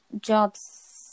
jobs